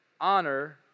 honor